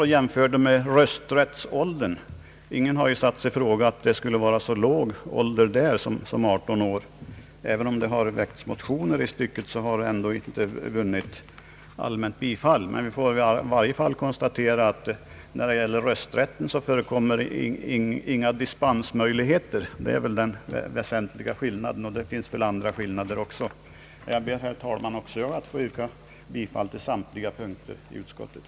Han jämförde med rösträttsåldern. Ingen har därvidlag satt i fråga att det skulle vara en så låg ålder där som 18 år. Motioner har väckts i ärendet men dessa har inte vunnit bifall. Man kan i varje fall konstatera att när det gäller rösträtten föreligger inga dispensmöjligheter, det är en väsentlig skillnad. Jag ber, herr talman, att få yrka bifall till utskottets hemställan.